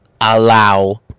allow